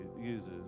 uses